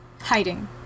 hiding